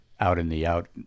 out-in-the-out